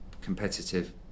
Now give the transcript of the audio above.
competitive